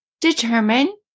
determine